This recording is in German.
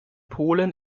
polen